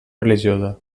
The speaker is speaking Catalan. religiosa